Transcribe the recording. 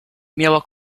miała